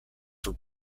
for